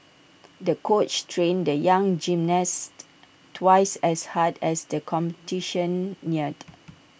the coach trained the young gymnast twice as hard as the competition neared